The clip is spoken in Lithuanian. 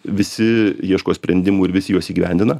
visi ieško sprendimų ir vis juos įgyvendina